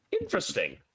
Interesting